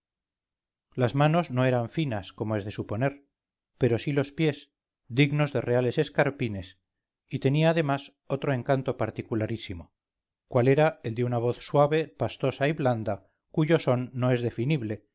las manos no eran finas como es de suponer pero sí los pies dignos de reales escarpines y tenía además otro encanto particularísimo cual era el de una voz suave pastosa y blanda cuyo son no es definible